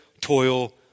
toil